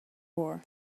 war